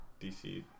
dc